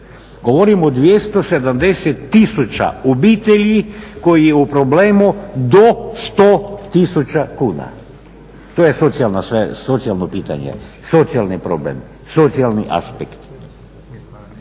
Govorim o 270000 obitelji koji je u problemu do 100000 kuna. To je socijalno pitanje, socijalni problem, socijalni aspekt.